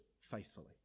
faithfully